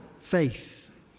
faith